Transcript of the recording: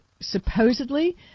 supposedly